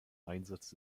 einsatz